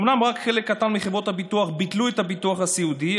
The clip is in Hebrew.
אומנם רק חלק קטן מחברות הביטוח ביטלו את הביטוח הסיעודי,